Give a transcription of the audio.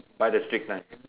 buy the stick nine